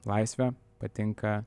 laisvė patinka